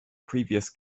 previous